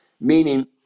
meaning